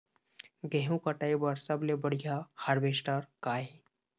गेहूं कटाई बर सबले बढ़िया हारवेस्टर का ये?